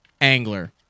angler